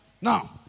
Now